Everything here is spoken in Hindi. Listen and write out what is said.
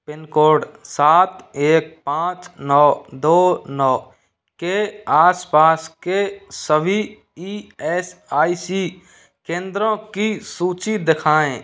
पिन कोड सात एक पाँच नौ दो नौ के आसपास के सभी ई एस आई सी केंद्रों की सूची दिखाएं